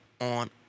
on